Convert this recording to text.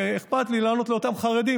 ואכפת לי לענות לאותם חרדים,